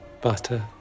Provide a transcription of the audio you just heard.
butter